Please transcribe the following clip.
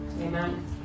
Amen